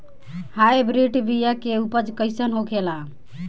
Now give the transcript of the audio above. Hybrid बीया के उपज कैसन होखे ला?